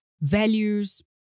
values